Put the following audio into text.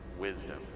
wisdom